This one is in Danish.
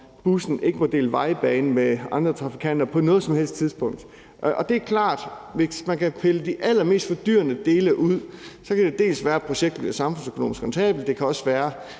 at bussen ikke må dele vejbane med andre trafikanter på noget som helst tidspunkt. Og det er klart, at hvis man kan pille de allermest fordyrende dele ud, kan det dels være, at projektet bliver samfundsøkonomisk rentabelt, og det kan dels være,